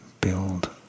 build